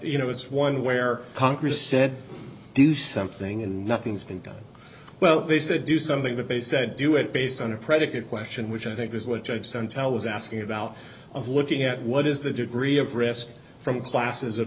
you know it's one where congress said do something and nothing's been done well they said do something but they said do it based on a predicate question which i think is what you have some tell was asking about of looking at what is the degree of risk from classes of